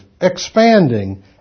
expanding